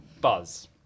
Buzz